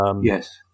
yes